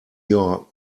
your